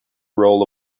roll